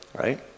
right